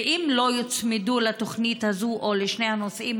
ואם הם לא יוצמדו לתוכנית הזאת או לשני הנושאים,